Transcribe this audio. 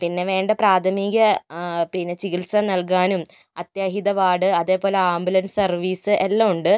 പിന്നെ വേണ്ട പ്രാഥമിക പിന്നെ ചികിത്സ നൽകാനും അത്യാഹിത വാർഡ് അതേപോലെ ആംബുലൻസ് സർവീസ് എല്ലാം ഉണ്ട്